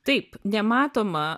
taip nematoma